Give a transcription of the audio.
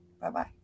bye-bye